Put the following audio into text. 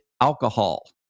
alcohol